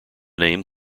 name